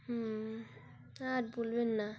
হুম আর বলবেন না